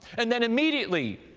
and then immediately,